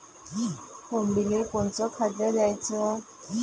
कोंबडीले कोनच खाद्य द्याच?